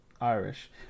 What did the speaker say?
Irish